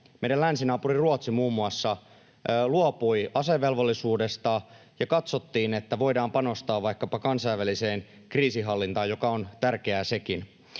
meidän länsinaapuri Ruotsi muun muassa, luopui asevelvollisuudesta ja katsottiin, että voidaan panostaa vaikkapa kansainväliseen kriisinhallintaan, joka on tärkeää sekin.